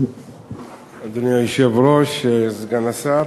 אדוני היושב-ראש, סגן השר,